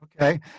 okay